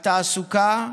התעסוקה,